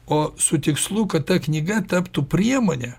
o su tikslu kad ta knyga taptų priemone